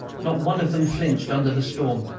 not one of them flinched under the storm.